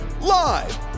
live